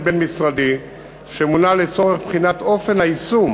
בין-משרדי שמונה לצורך בחינת אופן היישום